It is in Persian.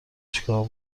چیکار